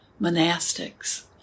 monastics